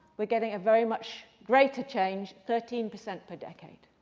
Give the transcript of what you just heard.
we're getting a very much greater change, thirteen percent per decade.